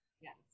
Yes